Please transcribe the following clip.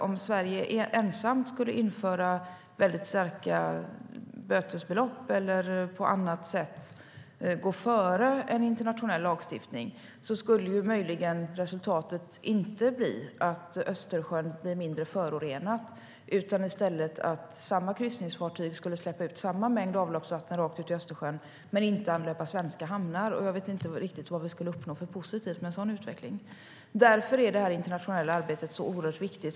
Om Sverige ensamt skulle införa väldigt höga bötesbelopp eller på annat sätt gå före en internationell lagstiftning skulle resultatet möjligen inte bli att Östersjön blir mindre förorenat. I stället skulle samma kryssningsfartyg släppa ut samma mängd avloppsvatten rakt ut i Östersjön men inte anlöpa svenska hamnar. Jag vet inte riktigt vad vi skulle uppnå för något positivt med en sådan utveckling. Därför är det internationella arbetet oerhört viktigt.